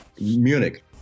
Munich